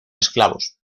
esclavos